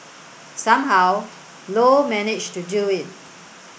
somehow Low managed to do it